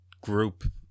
group